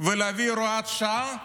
ולהביא הוראת שעה,